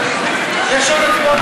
ההצעה להעביר את